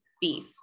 beef